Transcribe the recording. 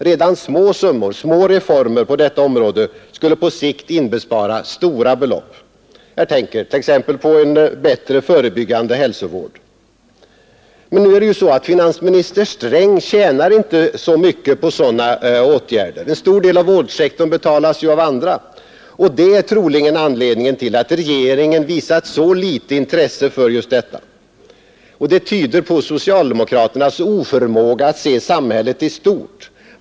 Redan små summor, små reformer, på detta område skulle på sikt inbespara stora belopp. Jag tänker t.ex. på en bättre förebyggande hälsovård. Finansminister Sträng tjänar dock inte så mycket på sådana åtgärder — en stor del av vårdsektorn betalas ju av andra huvudmän — och det är troligen anledningen till att regeringen visat så litet intresse för just detta. Det tyder på socialdemokraternas oförmåga att se samhället i stort.